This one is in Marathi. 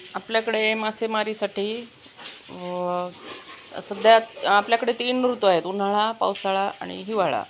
आपल्याकडे मासेमारीसाठी सध्या आपल्याकडे तीन ऋतू आहेत उन्हाळा पावसाळा आणि हिवाळा